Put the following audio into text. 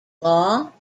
law